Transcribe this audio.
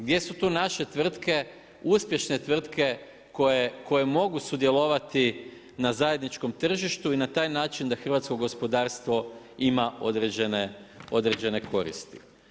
Gdje su tu naše tvrtke, uspješne tvrtke koje mogu sudjelovati na zajedničkom tržištu i na taj način da hrvatsko gospodarstvo ima određene koristi.